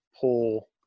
pull